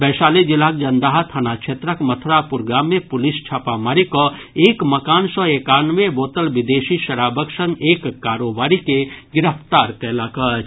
वैशाली जिलाक जन्दाहा थाना क्षेत्रक मथुरापुर गाम मे पुलिस छापामारी कऽ एक मकान सँ एकानवे बोतल विदेशी शराबक संग एक कारोबारी के गिरफ्तार कयलक अछि